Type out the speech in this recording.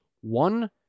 one